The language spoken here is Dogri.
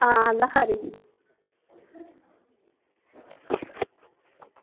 आं तां खरी